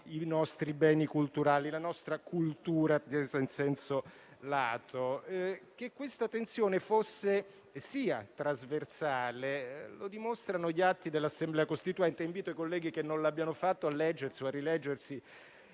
i nostri beni culturali e la nostra cultura in senso lato. Che questa tensione fosse e sia trasversale lo dimostrano gli atti dell'Assemblea costituente. Invito i colleghi che non l'avessero fatto a leggersi o a rileggersi